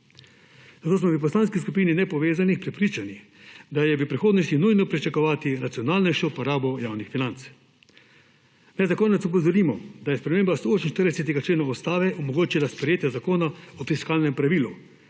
Zato smo v Poslanski skupini nepovezanih poslancev prepričani, da je v prihodnosti nujno pričakovati racionalnejšo porabo javnih financ. Naj za konec opozorimo, da je sprememba 148. člena Ustave omogočila sprejetje Zakona o fiskalnem pravilu,